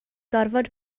gorfod